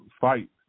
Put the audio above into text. fight